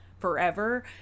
Forever